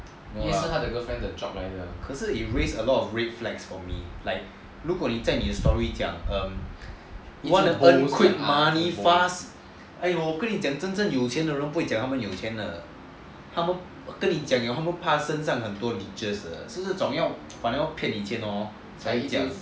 no lah 可是 it raise a lot of red flags for me like 如果你在你的 story do you want to earn quick money fast !aiyo! 我跟你讲真正有钱的人不会讲他们有钱的他们怕跟你讲了身上很多 leeches 是那种要骗你钱的 hor 才讲